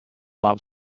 love